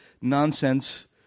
nonsense